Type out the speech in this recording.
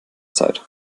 zeit